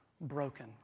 broken